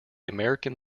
american